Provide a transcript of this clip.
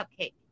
Cupcake